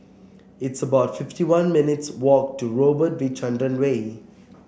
it's about fifty one minutes walk to Robert V Chandran Way